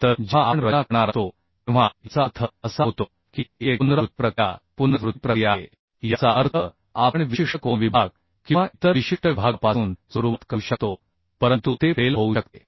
तर जेव्हा आपण रचना करणार असतो तेव्हा याचा अर्थ असा होतो की ही एक पुनरावृत्ती प्रक्रिया पुनरावृत्ती प्रक्रिया आहे याचा अर्थ आपण विशिष्ट कोन विभाग किंवा इतर विशिष्ट विभागापासून सुरुवात करू शकतो परंतु ते फेल होऊ शकते